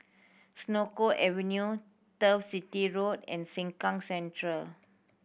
Senoko Avenue Turf City Road and Sengkang Central